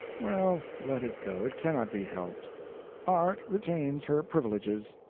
well, let it go, it cannot be helped art retains her privileges,